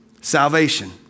salvation